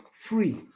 free